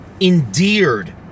endeared